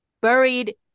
buried